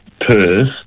Perth